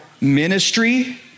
ministry